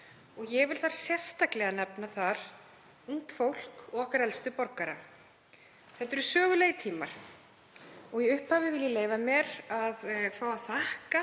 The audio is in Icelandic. Ég vil þar sérstaklega nefna ungt fólk og okkar elstu borgara. Þetta eru sögulegir tímar og í upphafi vil ég leyfa mér að fá að þakka